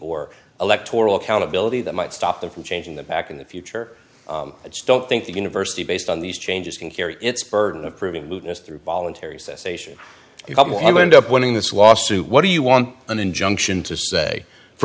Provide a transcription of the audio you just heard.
or electoral accountability that might stop them from changing the back in the future i just don't think the university based on these changes can carry its burden of proving lewdness through voluntary cessation people who end up winning this wasit what do you want an injunction to say for